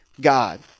God